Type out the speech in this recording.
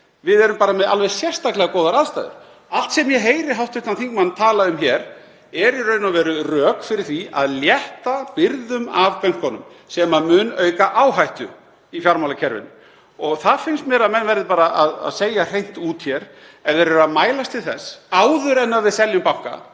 við erum með alveg sérstaklega góðar aðstæður. Allt sem ég heyri hv. þingmann tala um er í raun og veru rök fyrir því að létta byrðum af bönkunum sem mun auka áhættu í fjármálakerfinu. Það finnst mér að menn verði bara að segja hreint út ef þeir eru að mælast til þess, áður en við seljum banka,